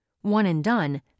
one-and-done